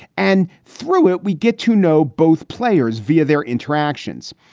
and through it we get to know both players via their interactions.